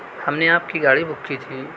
ہم نے آپ کی گاڑی بک کی تھی